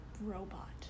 robot